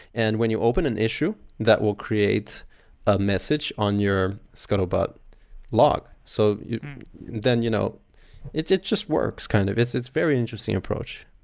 and when you open an issue that will create a message on your scuttlebutt log, so then you know it's it's just works. kind of it's it's very interesting approach.